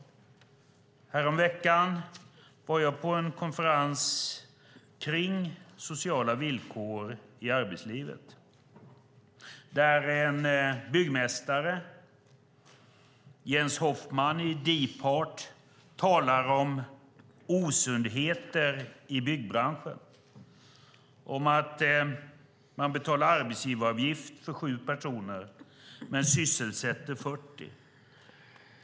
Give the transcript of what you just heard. Häromveckan var jag på en konferens om sociala villkor i arbetslivet där en byggmästare, Jens Hoffmann i Dipart, talade om osundheter i byggbranschen, om att man betalar arbetsgivaravgift för sju personer men sysselsätter fyrtio.